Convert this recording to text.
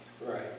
right